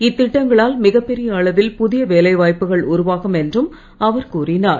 இத்திட்டங்களால் மிகப்பெரிய அளவில் புதிய வேலைவாய்ப்புகள் உருவாகும் என்றும் அவர் கூறினார்